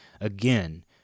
again